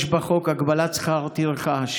יש בחוק הגבלת שכר טרחה.